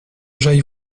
j’aille